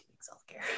self-care